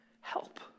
help